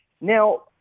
Now